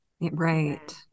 right